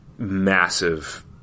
massive